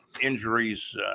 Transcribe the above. injuries